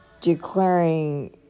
declaring